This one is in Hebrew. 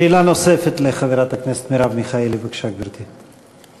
שאלה נוספת לחברת הכנסת מרב מיכאלי, בבקשה, גברתי.